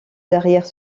derrière